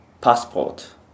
Passport